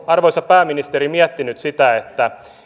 arvoisa pääministeri miettinyt sitä